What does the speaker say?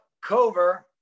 Cover